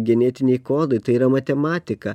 genetiniai kodai tai yra matematika